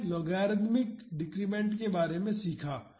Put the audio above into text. हमने logarithmic decrement के बारे में सीखा